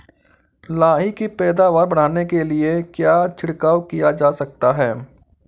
लाही की पैदावार बढ़ाने के लिए क्या छिड़काव किया जा सकता है?